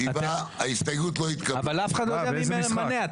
אבל אף אחד לא יודע מי ממנה.